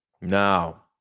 Now